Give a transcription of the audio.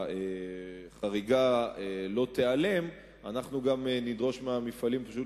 שאם החריגה לא תיעלם אנחנו גם נדרוש מהמפעלים פשוט